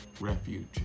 refuge